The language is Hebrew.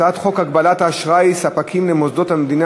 הצעת חוק הגבלת אשראי ספקים למוסדות המדינה,